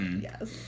Yes